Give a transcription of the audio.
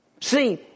See